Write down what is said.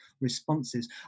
responses